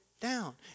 down